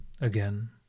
Again